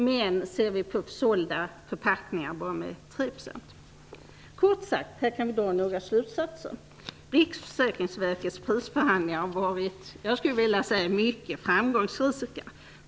Men ser vi på sålda förpackningar var ökningen bara 3 %. Kort sagt, här kan vi dra några slutsatser. Riksförsäkringsverkets prisförhandlingar har, skulle jag vilja säga, varit mycket framgångsrika.